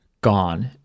Gone